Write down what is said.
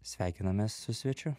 sveikinamės su svečiu